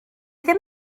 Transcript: ddim